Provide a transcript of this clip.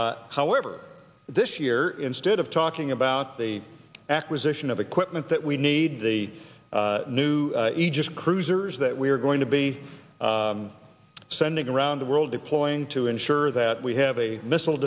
however this year instead of talking about the acquisition of equipment that we need the new aegis cruisers that we're going to be sending around the world deploying to ensure that we have a missile